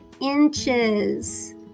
inches